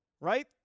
right